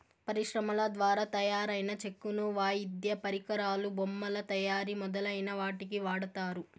పరిశ్రమల ద్వారా తయారైన చెక్కను వాయిద్య పరికరాలు, బొమ్మల తయారీ మొదలైన వాటికి వాడతారు